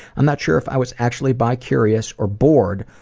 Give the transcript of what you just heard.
i'm not sure if i was actually bicurious or bored,